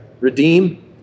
Redeem